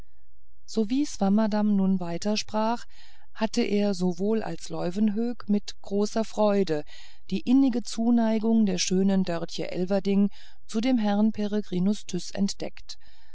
sowie swammerdamm nun weiter sprach hatte er sowohl als leuwenhoek mit großer freude die innige zuneigung der schönen dörtje elverdink zu dem herrn peregrinus tyß entdeckt